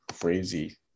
crazy